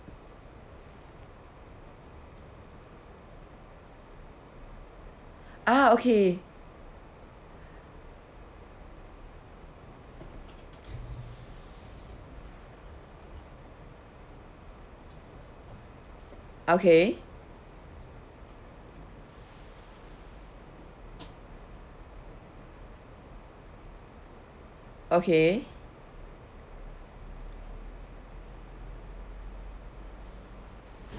ah okay okay okay